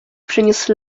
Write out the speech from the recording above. przyniósł